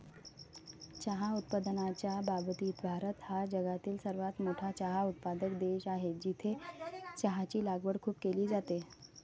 चहा उत्पादनाच्या बाबतीत भारत हा जगातील सर्वात मोठा चहा उत्पादक देश आहे, जिथे चहाची लागवड खूप केली जाते